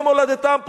למולדתם.